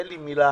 אין לי מילה